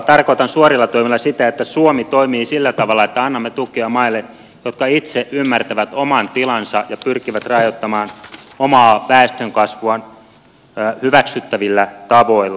tarkoitan suorilla toimilla sitä että suomi toimii sillä tavalla että annamme tukea maille jotka itse ymmärtävät oman tilansa ja pyrkivät rajoittamaan omaa väestönkasvuaan hyväksyttävillä tavoilla